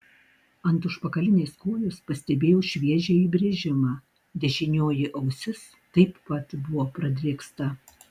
ant užpakalinės kojos pastebėjau šviežią įbrėžimą dešinioji ausis taip pat buvo pradrėksta